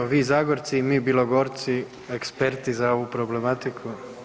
Evo vi Zagorci i mi Bilogorci eksperti za ovu problematiku.